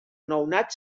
nounat